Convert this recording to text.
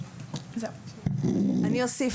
אני אוסיף.